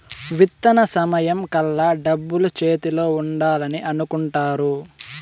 విత్తన సమయం కల్లా డబ్బులు చేతిలో ఉండాలని అనుకుంటారు